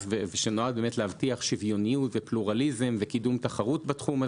שנועד להבטיח שוויוניות ופלורליזם וקידום תחרות בתחום הזה,